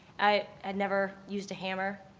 i had never used a hammer,